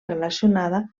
relacionada